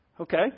Okay